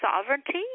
Sovereignty